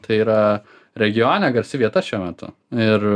tai yra regione garsi vieta šiuo metu ir